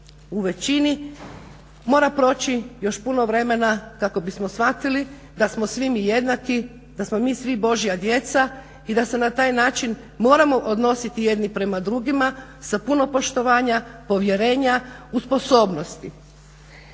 u većini mora proći još puno vremena kako bismo shvatili da smo svi mi jednaki, da smo mi svi božja djeca i da se na taj način moramo odnositi jedni prema drugima, sa puno poštovanja, povjerenja u sposobnosti.